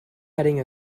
heading